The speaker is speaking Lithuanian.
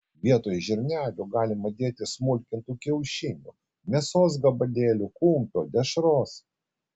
vietoj žirnelių galima dėti smulkintų kiaušinių mėsos gabalėlių kumpio dešros